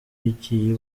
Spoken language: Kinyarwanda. yagiye